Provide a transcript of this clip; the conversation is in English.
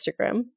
instagram